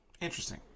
Interesting